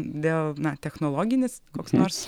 dėl na technologinis koks nors